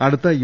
അടുത്ത യു